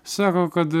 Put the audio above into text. sako kad